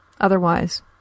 Otherwise